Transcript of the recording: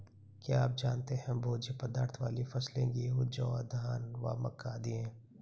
क्या आप जानते है भोज्य पदार्थ वाली फसलें गेहूँ, जौ, धान व मक्का आदि है?